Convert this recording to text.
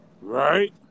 right